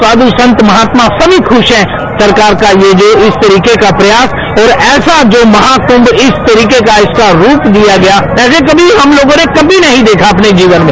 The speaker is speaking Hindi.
साधु संत महात्मा सभी खुश हैं सरकार का ये जो इस तरीके का प्रयास और ऐसा जो महाकुंभ इस तरीका का इसका रूप दिया गया ऐसे कभी हम लोगों ने कभी नहीं देखा अपने जीवन में